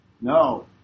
No